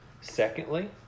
Secondly